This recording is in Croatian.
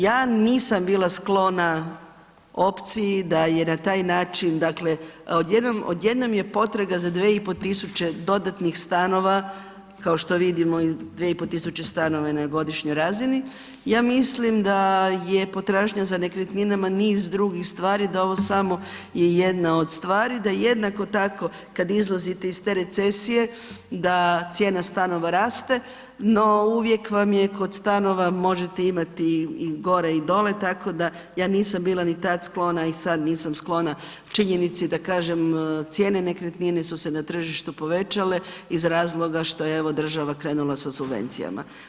Ja nisam bila sklona opciji da je na taj način, dakle odjednom je potraga za 2.500 dodatnih stanova, kao što vidimo 2.500 stanova je na godišnjoj razini, ja mislim da je potražnja za nekretninama niz drugih stvari, da ovo samo je jedna od stvar, da jednako tako kad izlazite iz te recesije da cijena stanova raste, no uvijek vam je kod stanova možete imati i gore i dole, tako da ja nisam bila ni tad sklona i sad nisam sklona činjenici da kažem cijene nekretnine su se na tržištu povećale iz razloga što je evo država krenula sa subvencijama.